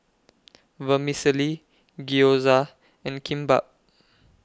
Vermicelli Gyoza and Kimbap